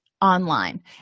online